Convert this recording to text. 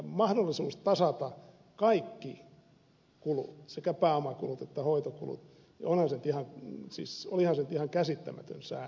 mahdollisuus tasata kaikki kulut sekä pääomakulut että hoitokulut olihan se nyt ihan käsittämätön säännös